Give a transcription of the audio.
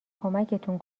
کمکتون